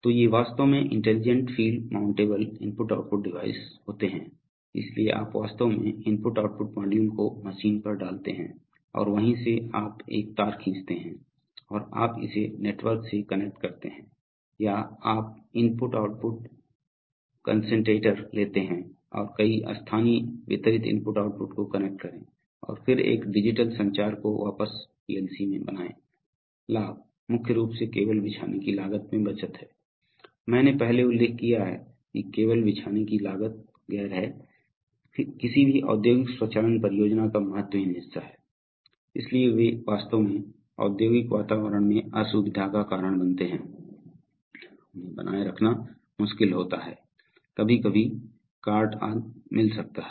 तो ये वास्तव में intelligent field mountable IO device होते हैं इसलिए आप वास्तव में IO मॉड्यूल को मशीन पर डालते हैं और वहीं से आप एक तार खींचते हैं या आप इसे नेटवर्क से कनेक्ट करते हैं या आप इनपुट आउटपुट कंसंटेटर लेते हैं और कई स्थानीय वितरित IO को कनेक्ट करें और फिर एक डिजिटल संचार को वापस PLC में बनाएँ लाभ मुख्य रूप से केबल बिछाने की लागत में बचत हैं मैंने पहले उल्लेख किया है कि केबल बिछाने की लागत गैर है किसी भी औद्योगिक स्वचालन परियोजना का महत्वहीन हिस्सा है इसलिए वे वास्तव में औद्योगिक वातावरण में असुविधा का कारण बनते हैं उन्हें बनाए रखना मुश्किल होता है कभी कभी कार्ट आदि मिल सकता है